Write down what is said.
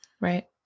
Right